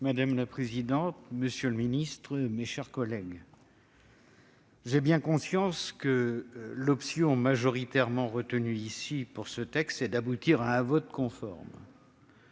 Madame la présidente, monsieur le secrétaire d'État, mes chers collègues, j'ai bien conscience que l'option majoritairement retenue ici est d'aboutir à un vote conforme,